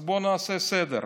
אז בואו נעשה סדר.